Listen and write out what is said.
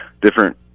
different